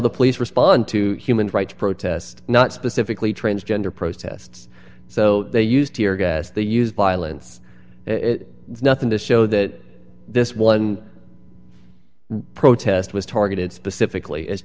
the police respond to human rights protest not specifically transgender protests so they used tear gas they used violence it was nothing to show that this one protest was targeted specifically is